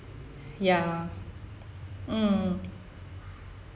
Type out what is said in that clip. ya mm